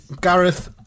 Gareth